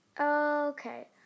Okay